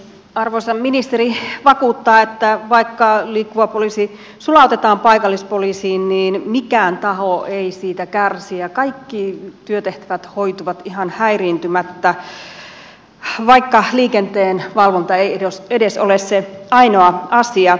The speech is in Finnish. arvoisa ministeri vakuuttaa että vaikka liikkuva poliisi sulautetaan paikallispoliisiin niin mikään taho ei siitä kärsi ja kaikki työtehtävät hoituvat ihan häiriintymättä vaikka liikenteenvalvonta ei ole edes se ainoa asia